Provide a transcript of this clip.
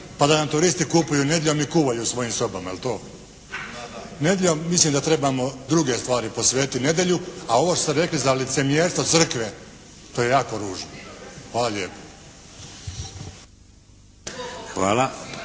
pa da nam turisti kupuju nedjeljom i kuvaju u svojim sobama, jel to. Nedjeljom mislim da trebamo druge stvari posvetiti nedjelju. A ovo što ste rekli za licemjerstvo Crkve to je jako ružno. Hvala lijepo.